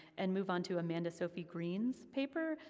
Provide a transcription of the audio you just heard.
and move on to amanda sophie green's paper,